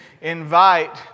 invite